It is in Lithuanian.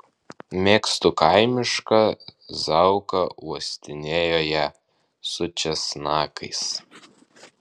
mėgstu kaimišką zauka uostinėjo ją su česnakais